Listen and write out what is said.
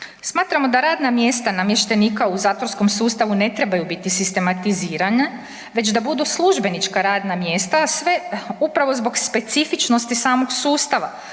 Smatramo da radna mjesta namještenika u zatvorskom sustavu ne trebaju biti sistematizirana već da budu službenička radna mjesta, a sve upravo zbog specifičnosti samog sustava,